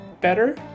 better